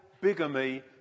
bigamy